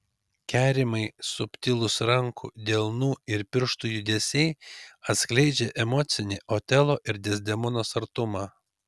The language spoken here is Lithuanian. kerimai subtilūs rankų delnų ir pirštų judesiai atskleidžia emocinį otelo ir dezdemonos artumą